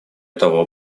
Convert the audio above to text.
того